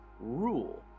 rule